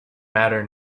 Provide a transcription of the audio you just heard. matter